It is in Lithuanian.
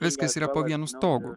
viskas yra po vienu stogu